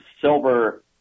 silver